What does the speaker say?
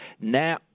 now